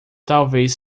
talvez